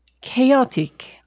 chaotic